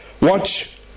Watch